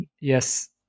Yes